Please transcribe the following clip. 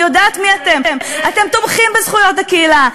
אני יודעת מי אתם: אתם תומכים בזכויות הקהילה,